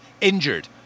Injured